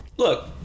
Look